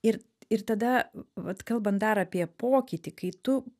ir ir tada vat kalbant dar apie pokytį kai tu